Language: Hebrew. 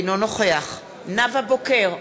אינו נוכח נאוה בוקר,